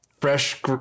fresh